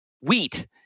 wheat